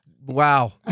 wow